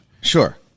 Sure